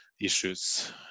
issues